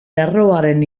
lerroaren